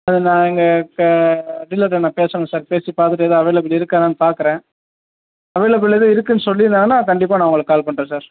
அது நான் இங்கே க இதில் தானே பேசணும் சார் பேசி பார்த்துட்டு எதாது அவைலபிள் இருக்கா என்னென்னு பார்க்கறேன் அவைலபிள் எதுவும் இருக்குதுன்னு சொல்லி இருந்தாங்கன்னால் கண்டிப்பாக நான் உங்களுக்கு கால் பண்ணுறேன் சார்